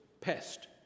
pest